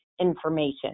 information